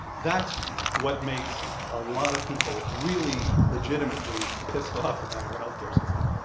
that's what makes a lot of people really legitimately pissed off about our health care system